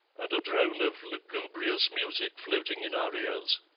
and a drone of lugubrious music floating in our ears.